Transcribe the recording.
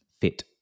fit